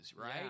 right